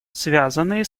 связанные